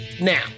Now